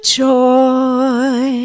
joy